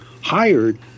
hired